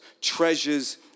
treasures